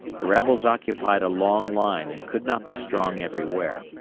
the rebels occupied a long line and could not be strong everywhere.